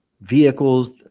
vehicles